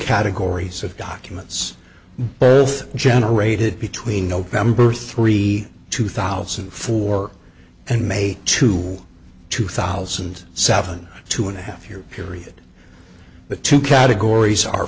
categories of documents birth generated between november three two thousand and four and may two two thousand and seven two and a half year period the two categories